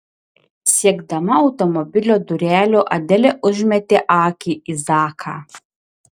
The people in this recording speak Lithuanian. siekdama automobilio durelių adelė užmetė akį į zaką